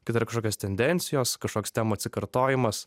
kad yra kažkokios tendencijos kažkoks temų atsikartojimas